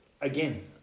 again